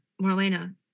Marlena